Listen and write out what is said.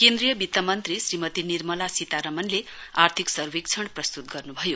केन्द्रीय वित्त मन्त्री श्रीमती निर्मला सीतारमणलो आर्थिक सर्वेक्षण प्रस्तुत गर्नुभयो